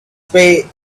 pay